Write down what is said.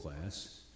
class